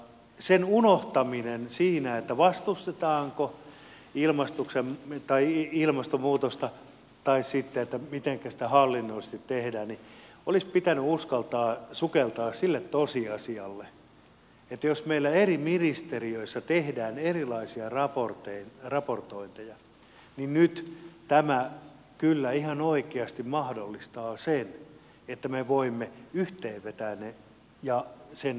sen unohtaminen siinä vastustetaanko ilmastonmuutosta tai mitenkä sitä sitten hallinnollisesti tehdään olisi pitänyt uskaltaa sukeltaa sille tosiasialle että jos meillä eri ministeriöissä tehdään erilaisia raportointeja niin nyt tämä kyllä ihan oikeasti mahdollistaa sen että me voimme vetää ne ja sen kaiken yhteen